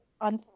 on